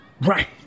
Right